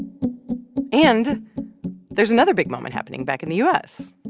and there's another big moment happening back in the u s.